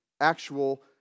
actual